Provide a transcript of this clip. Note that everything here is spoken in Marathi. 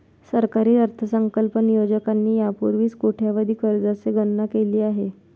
सरकारी अर्थसंकल्प नियोजकांनी यापूर्वीच कोट्यवधी कर्जांची गणना केली आहे